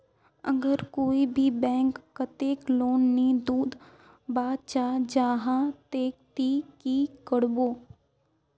अगर कोई भी बैंक कतेक लोन नी दूध बा चाँ जाहा ते ती की करबो?